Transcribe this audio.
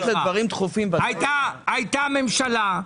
הייתה ממשלה.